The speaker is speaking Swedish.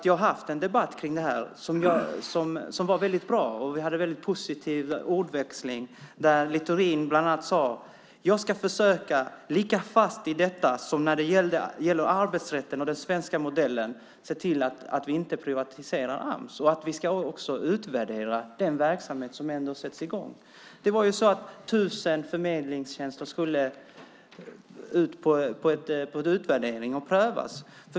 Vi har haft en debatt om detta som var väldigt bra, och vi hade en väldigt positiv ordväxling där Littorin bland annat sade: Jag ska försöka lika fast i detta som när det gäller arbetsrätten och den svenska modellen se till att vi inte privatiserar Ams och att vi också utvärderar den verksamhet som ändå sätts i gång. 1 000 förmedlingstjänster skulle utvärderas och prövas.